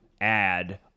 add